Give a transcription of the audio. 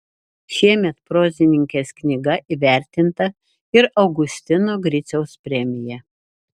šiemet prozininkės knyga įvertinta ir augustino griciaus premija